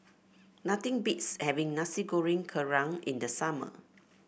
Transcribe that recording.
nothing beats having Nasi Goreng Kerang in the summer